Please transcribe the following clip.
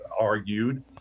argued